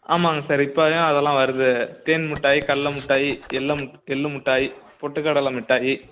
ஆமாம்ங்க சார் இப்போ தான் அதெல்லாம் வருது தேன் முட்டாய் கல்ல முட்டாயி எள்ளு முட் எள்ளு முட்டாய் பொட்டுக்கடலை மிட்டாயி